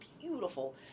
beautiful